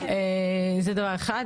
זה דבר אחד.